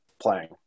playing